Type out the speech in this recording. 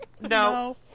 No